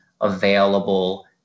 available